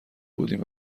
بودیم